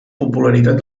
popularitat